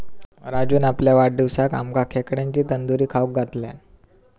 राजून आपल्या वाढदिवसाक आमका खेकड्यांची तंदूरी खाऊक घातल्यान